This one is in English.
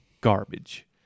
garbage